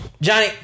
Johnny